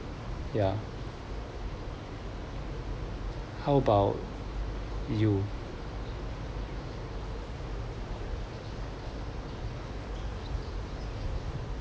ya how about you